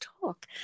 talk